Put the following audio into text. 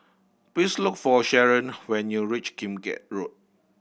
please look for Sharon when you reach Kim Keat Road